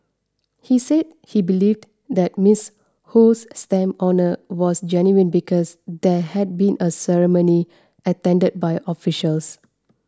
he said he believed that Miss Ho's stamp honour was genuine because there had been a ceremony attended by officials